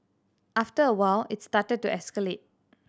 after a while it started to escalate